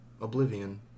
Oblivion